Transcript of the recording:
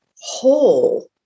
whole